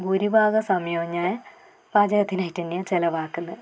ഭൂരിഭാഗ സമയവും ഞാൻ പാചകത്തിന് ആയിട്ടെന്യാ ചിലവാക്കുന്നത്